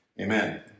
Amen